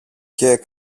και